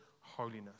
holiness